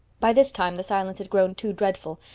by this time the silence had grown too dreadful,